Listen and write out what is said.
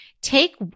take